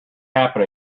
happen